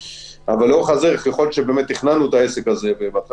אבל ככל שתכננו את העסק הזה ככה